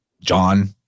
John